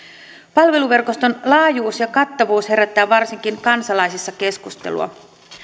palveluverkoston laajuus ja kattavuus herättää varsinkin kansalaisissa keskustelua